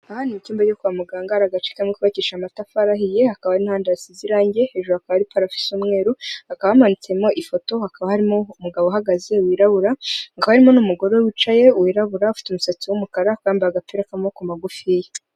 Aha ni mu cyumba cyo kwa muganga, hari agace kamwe kubakishije amatafari ahiye, hakaba hari n'ahandi hasize irangi, hejuru hakaba hari parafo isa umweru, hakaba hamanitsemo ifoto, hakaba harimo umugabo uhagaze wirabura, hakaba harimo n'umugore wicaye wirabura, ufite umusatsi w'umukara akaba yambaye agapira k'amaboko magufiya.